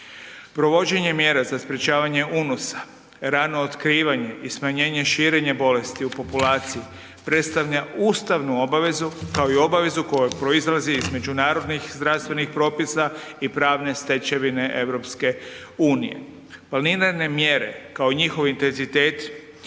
Provođenje mjera za sprječavanje unosa, rano otkrivanje i smanjenje širenja bolesti u populaciji predstavlja ustavnu obavezu kao i obavezu koja proizlazi iz međunarodnih zdravstvenih propisa i pravne stečevine EU. Planirane mjere kao i njihov intenzitet